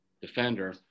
defender